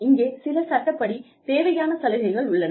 இங்கே சில சட்டப்படி தேவையான சலுகைகள் உள்ளன